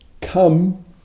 come